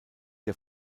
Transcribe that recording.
der